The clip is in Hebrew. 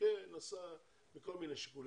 ובמקרה נסע מכל מיני שיקולים,